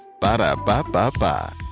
Ba-da-ba-ba-ba